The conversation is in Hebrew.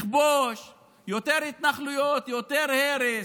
לכבוש, יותר התנחלויות, יותר הרס.